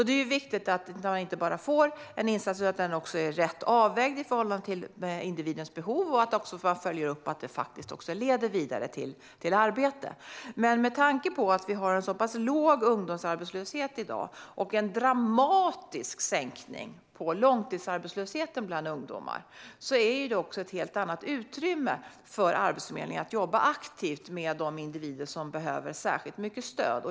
Det är viktigt att man inte bara får en insats utan att den också är rätt avvägd i förhållande till individens behov och att följa upp att det faktiskt leder vidare till arbete. Men med tanke på att vi har en så pass låg ungdomsarbetslöshet i dag och en dramatisk sänkning av långtidsarbetslösheten bland ungdomar ger det ett helt annat utrymme för Arbetsförmedlingen att jobba aktivt med de individer som behöver särskilt mycket stöd.